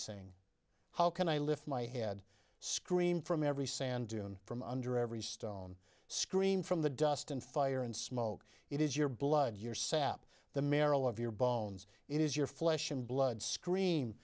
sing how can i lift my head scream from every sand dune from under every stone scream from the dust and fire and smoke it is your blood your sap the marrow of your bones it is your flesh and blood scream